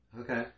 Okay